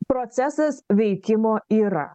procesas veikimo yra